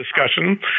discussion